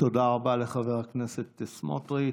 תודה רבה לחבר הכנסת בצלאל סמוטריץ'.